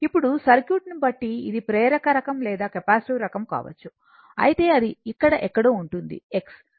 ఇప్పుడు సర్క్యూట్ను బట్టి ఇది ప్రేరక రకం లేదా కెపాసిటివ్ రకం కావచ్చు అయితే అది ఇక్కడ ఎక్కడో ఉంటుంది X